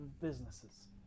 businesses